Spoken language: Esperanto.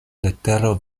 letero